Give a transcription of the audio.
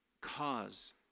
cause